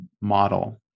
model